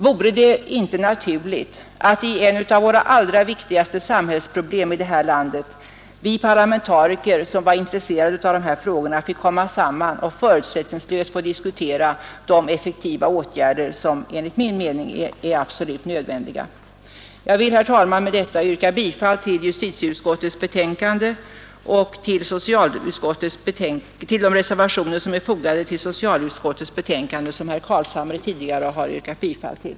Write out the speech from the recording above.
Vore det inte naturligt, när det gäller ett av våra allra viktigaste samhällsproblem, att vi parlamentariker som är intresserade av de här frågorna fick komma samman och förutsättningslöst diskutera de effektiva åtgärder som enligt min mening är absolut nödvändiga? Jag vill, herr talman, med detta yrka bifall till justitieutskottets betänkande och till de reservationer som är fogade till socialutskottets betänkande och som herr Carlshamre tidigare har yrkat bifall till.